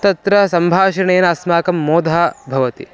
तत्र सम्भाषणेन अस्माकं मोदः भवति